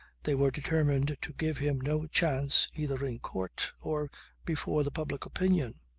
they were determined to give him no chance either in court or before the public opinion.